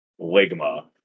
Ligma